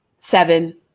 Seven